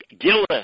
Gillis